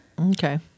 okay